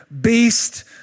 beast